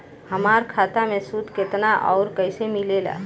हमार खाता मे सूद केतना आउर कैसे मिलेला?